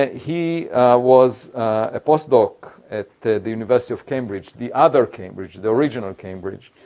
he was a postdoc at the the university of cambridge the other cambridge, the original cambridge